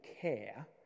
care